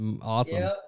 awesome